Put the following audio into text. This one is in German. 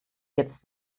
jetzt